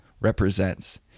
represents